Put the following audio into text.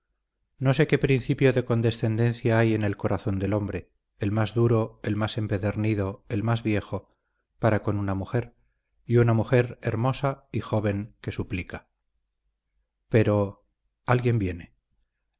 no sé qué principio de condescendencia hay en el corazón del hombre el más duro el más empedernido el más viejo para con una mujer y una mujer hermosa y joven que suplica pero alguien viene